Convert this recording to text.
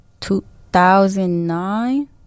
2009